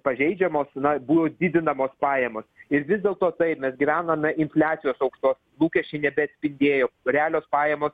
pažeidžiamos na buvo didinamos pajamos ir vis dėlto taip mes gyvenome infliacijos aukštos lūkesčiai nebeatspindėjo realios pajamos